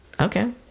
Okay